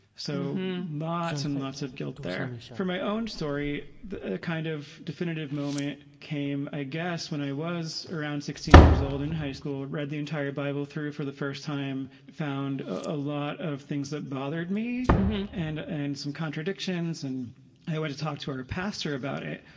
so lots and lots of guilt there for my own story. kind of definitive moment came. i guess when i was around sixteen years old in high school, read the entire bible through for the first time, found a lot of things that bothered me and and some contradictions. and i went to talk to our pastor about it,